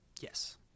Yes